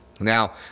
Now